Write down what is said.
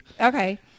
Okay